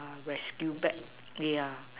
rescue back yeah